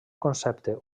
concepte